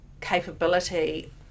capability